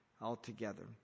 altogether